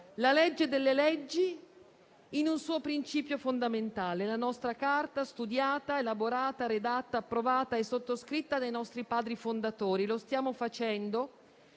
la legge delle leggi, in un suo principio fondamentale. La nostra Carta, studiata, elaborata, redatta, approvata e sottoscritta dai nostri Padri fondatori. Lo stiamo facendo